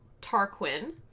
tarquin